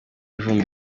vumbi